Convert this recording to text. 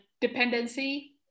dependency